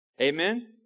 Amen